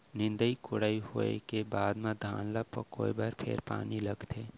निंदई कोड़ई होवे के बाद म धान ल पकोए बर फेर पानी लगथे